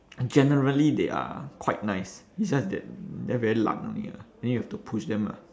generally they are quite nice it's just that they are very 懒 only lah then you have to push them lah